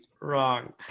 wrong